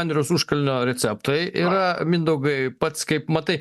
andriaus užkalnio receptai yra mindaugai pats kaip matai